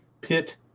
Pit